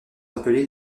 appelés